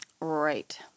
Right